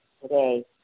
today